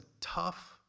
tough